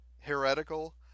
heretical